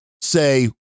say